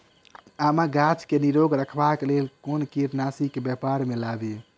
आमक गाछ केँ निरोग रखबाक लेल केँ कीड़ानासी केँ व्यवहार मे लाबी?